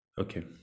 Okay